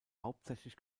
hauptsächlich